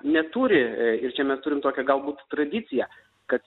neturi ir čia mes turim tokią galbūt tradiciją kad